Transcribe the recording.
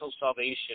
salvation